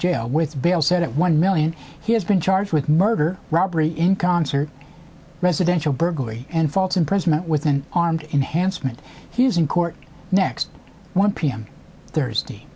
jail with bail set at one million he has been charged with murder robbery in concert residential burglary and false imprisonment with an armed enhanced meant he was in court next one p m thursday